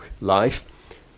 life